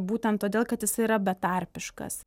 būtent todėl kad jis yra betarpiškas